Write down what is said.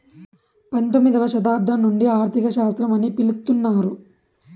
పంతొమ్మిదవ శతాబ్దం నుండి ఆర్థిక శాస్త్రం అని పిలుత్తున్నారు